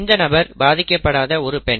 இந்த நபர் பாதிக்கப்படாத ஒரு பெண்